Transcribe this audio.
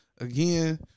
again